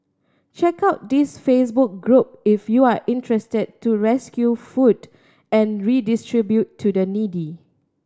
check out this Facebook group if you are interested to rescue food and redistribute to the needy